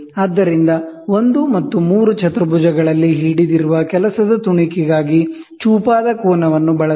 ಆದ್ದರಿಂದ 1 ಮತ್ತು 3 ಚತುರ್ಭುಜಗಳಲ್ಲಿ ಹಿಡಿದಿರುವ ವರ್ಕ್ ಪೀಸ್ಗಾಗಿ ಒಬ್ಟ್ಯುಸ್ ಆಂಗಲ್ ಅನ್ನು ಬಳಸಿ